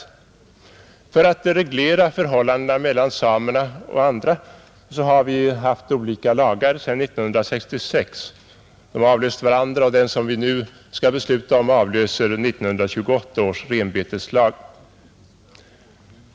För att reglera förhållandena mellan samerna och andra har vi haft olika lagar sedan 1886. De har avlöst varandra, och den som vi nu skall besluta om avlöser 1928 års renbeteslag.